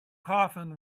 coffin